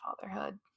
fatherhood